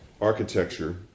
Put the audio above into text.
architecture